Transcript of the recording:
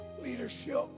leadership